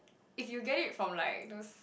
if you get it from like those